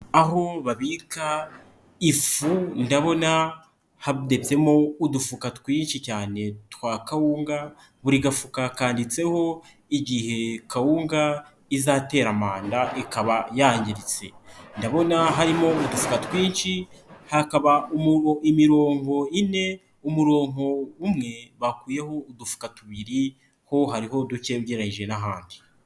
Aho babika ifu ndabona hadepyemo udufuka twinshi cyane twa kawunga, buri gafuka hakanditseho igihe kawunga izatera manda ikaba yangiritse. Ndabona harimo udufuka twinshi, hakaba imirongo ine umurongo umwe bakuyeho udufuka tubiri, ho hariho duke ugereranyije n'ahandi.